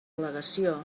al·legació